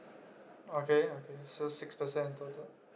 okay okay so six percent in total